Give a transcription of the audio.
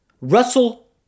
Russell